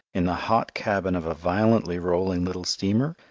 in the hot cabin of a violently rolling little steamer,